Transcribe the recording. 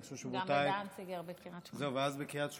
גם את דנציגר בקריית שמונה.